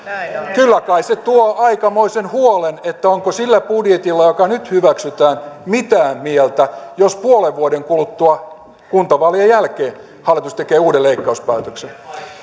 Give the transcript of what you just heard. kyllä kai se tuo aikamoisen huolen onko sillä budjetilla joka nyt hyväksytään mitään mieltä jos puolen vuoden kuluttua kuntavaalien jälkeen hallitus tekee uuden leikkauspäätöksen